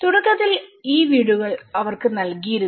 തുടക്കത്തിൽ ഈ വീടുകൾ അവർക്ക് നൽകിയിരുന്നു